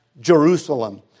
Jerusalem